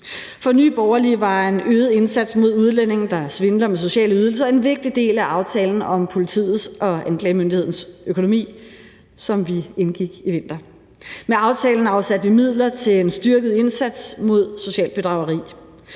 For Nye Borgerlige var en øget indsats mod udlændinge, der svindler med sociale ydelser, en vigtig del af aftalen om politiets og anklagemyndighedens økonomi, som vi indgik i vinter. Med aftalen afsatte vi midler til en styrket indsats mod socialt bedrageri.